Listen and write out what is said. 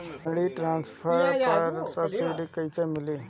Paddy transplanter पर subsidy कैसे मिली?